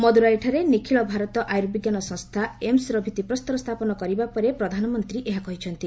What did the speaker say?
ମଦୁରାଇଠାରେ ନିଖିଳ ଭାରତ ଆର୍ୟୁବିଜ୍ଞାନ ସଂସ୍ଥା ଏମ୍ସର ଭିଭିପ୍ରସ୍ତର ସ୍ଥାପନ କରିବା ପରେ ପ୍ରଧାନମନ୍ତ୍ରୀ ଏହା କହିଛନ୍ତି